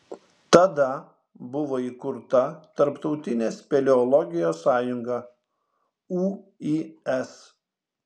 tada buvo įkurta tarptautinė speleologijos sąjunga uis